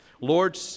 Lord